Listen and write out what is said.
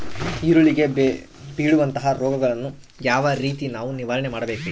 ಈರುಳ್ಳಿಗೆ ಬೇಳುವಂತಹ ರೋಗಗಳನ್ನು ಯಾವ ರೇತಿ ನಾವು ನಿವಾರಣೆ ಮಾಡಬೇಕ್ರಿ?